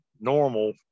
normal